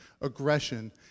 aggression